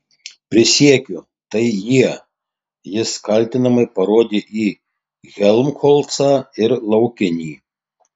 prisiekiu tai jie jis kaltinamai parodė į helmholcą ir laukinį